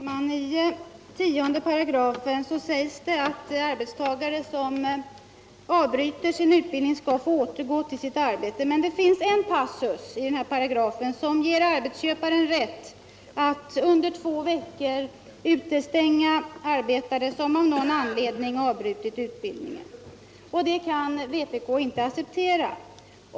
| till ledighet för Herr talman! I 10 § sägs att arbetstagare som avbryter sin utbildning — utbildning skall få återgå till sitt arbete, men det finns en passus i paragrafen som ger arbetsköparen rätt att under två veckor utestänga arbetare som av någon anledning avbrutit utbildningen. Det kan vpk inte acceptera.